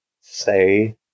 say